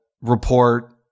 report